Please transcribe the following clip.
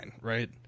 right